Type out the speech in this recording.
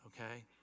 okay